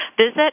Visit